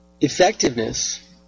effectiveness